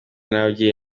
n’ababyeyi